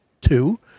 two